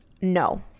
No